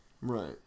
Right